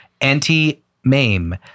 Anti-mame